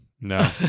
No